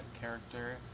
character